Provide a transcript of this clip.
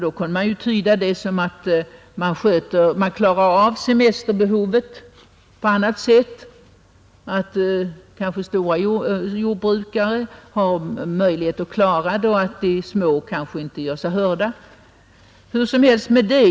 Det kan ju tydas så att man tillgodoser semesterbehovet på annat sätt, eller så att de som har stora jordbruk kanske har möjlighet att lösa problemet och att småjordbrukarna inte gör sig hörda. Det må vara hur som helst med det.